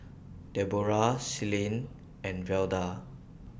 Debroah Celine and Velda